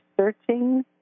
searching